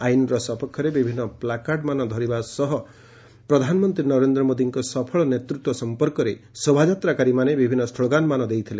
ଆଇନର ସପକ୍ଷରେ ବିଭିନ୍ନ ପ୍ଲାକାର୍ଡ଼ମାନ ଧରିବା ସହ ପ୍ରଧାନମନ୍ତୀ ନରେନ୍ଦ୍ର ମୋଦୀଙ୍କ ସଫଳ ନତୂତ୍ୱ ସମ୍ମର୍କରେ ଶୋଭାଯାତ୍ରାକାରୀମାନେ ବିଭିନ୍ନ ସ୍ଲୋଗାନମାନ ଦେଇଥିଲେ